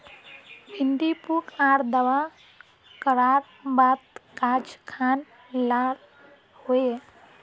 भिन्डी पुक आर दावा करार बात गाज खान लाल होए?